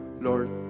Lord